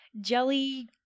jelly